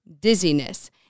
dizziness